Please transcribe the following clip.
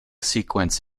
sequence